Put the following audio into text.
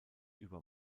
über